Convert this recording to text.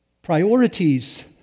Priorities